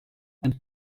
and